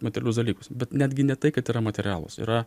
materialius dalykus bet netgi ne tai kad yra materialūs yra